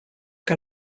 que